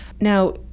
Now